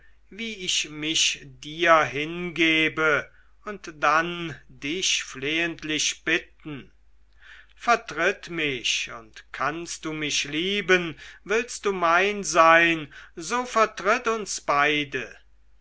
wie ich mich dir hingebe und dich flehentlich bitten vertritt mich und kannst du mich lieben willst du mein sein so vertritt uns beide